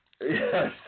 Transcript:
Yes